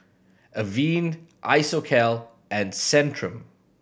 Avene Isocal and Centrum